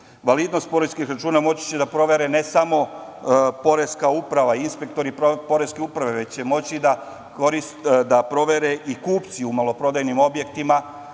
Validnost poreskih računa moći će da provere ne samo Poreska uprava, inspektori Poreske uprave, već će moći da provere i kupci u maloprodajnim objektima,